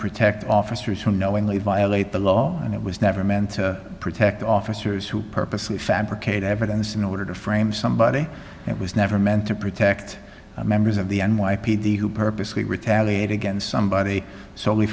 protect officers who knowingly violate the law and it was never meant to protect officers who purposely fabricate evidence in order to frame somebody it was never meant to protect members of the n y p d who purposely retaliate against somebody solely